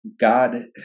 God